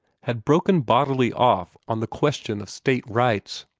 had broken bodily off on the question of state rights.